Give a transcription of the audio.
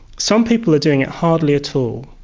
some people are doing it hardly at all.